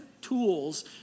tools